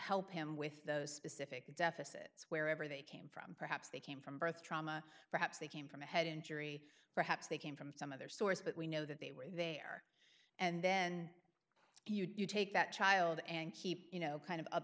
help him with those specific deficit swear ever they came from perhaps they came from birth trauma perhaps they came from a head injury perhaps they came from some other source but we know that they were there and then you take that child and keep you know kind of